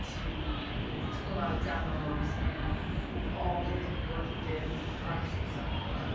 to you know you did a lot of demos and with all the different work you did the different artists you sung for,